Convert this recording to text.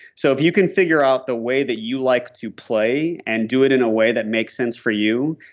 so if you could figure out the weigh that you like to play, and do it in a way that makes sense for you,